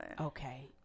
okay